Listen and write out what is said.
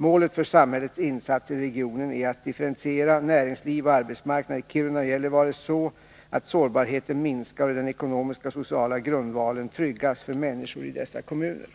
Målet för samhällets insatser i regionen är att differentiera näringsliv och arbetsmarknad i Kiruna och Gällivare så att sårbarheten minskar och den ekonomiska och sociala grundvalen tryggas för människor i dessa kommuner.